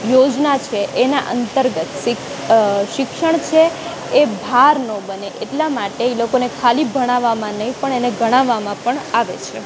યોજના છે એનાં અંતર્ગત શિક્ષણ છે એ ભાર ન બને એટલાં માટે એ લોકોને ખાલી ભણાવવામાં નહીં પણ એને ગણાવવામાં પણ આવે છે